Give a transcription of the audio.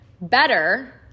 better